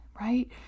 right